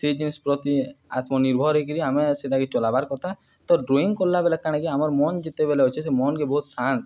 ସେ ଜିନିଷ୍ ପ୍ରତି ଆତ୍ମନିର୍ଭର ହେକିରି ଆମେ ସେଟାକେ ଚଲାବାର୍କଥା ତ ଡ୍ରଇଂ କଲାବେଳେ କାଣାକି ଆମର୍ ମନ୍ ଯେତେବେଲେ ଅଛେ ସେ ମନ୍କେ ବହୁତ୍ ଶାନ୍ତ